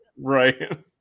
Right